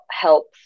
helps